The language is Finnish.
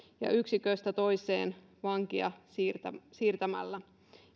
ja yksiköstä toiseen vankia siirtämällä siirtämällä